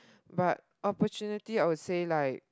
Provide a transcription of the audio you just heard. but opportunity I would say like